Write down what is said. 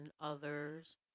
others